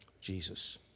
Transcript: Jesus